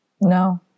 no